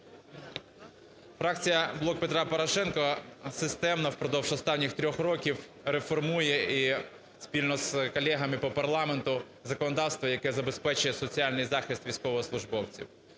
Фракція "Блок Петра Порошенка" системно впродовж останніх трьох років реформує спільно з колегами по парламенту законодавство, яке забезпечує соціальний захист військовослужбовців.